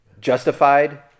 Justified